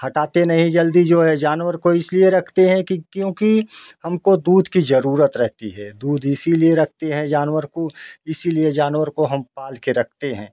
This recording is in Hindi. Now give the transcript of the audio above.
हटाते नहीं जल्दी जो है जानवर को इसलिए रखते है कि क्योंकि हमको दूध की जरुरत रहती है दूध इसीलिए रखते है जानवर को इसीलिए जानवर को हम पाल के रखते हैं